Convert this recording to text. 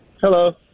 Hello